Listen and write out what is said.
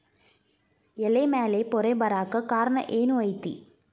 ಎಲೆ ಮ್ಯಾಲ್ ಪೊರೆ ಬರಾಕ್ ಕಾರಣ ಏನು ಐತಿ?